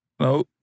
No